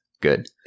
Good